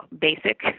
basic